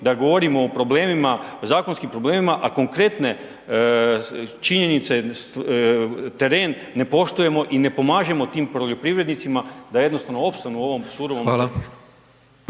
da govorimo o problemima, zakonskim problemima a konkretne činjenice, teren ne poštujemo i ne pomažemo tim poljoprivrednicima da jednostavno opstanu u ovom surovom tržištu.